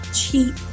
cheap